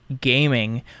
gaming